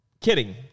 Kidding